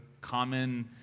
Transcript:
common